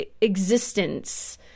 existence